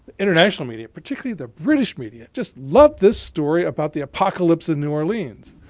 international media, particularly the british media, just loved this story about the apocalypse of new orleans.